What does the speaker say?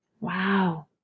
wow